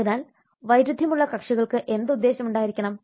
അതിനാൽ വൈരുദ്ധ്യമുള്ള കക്ഷികൾക്ക് ഏത് ഉദ്ദേശ്യം ഉണ്ടായിരിക്കണം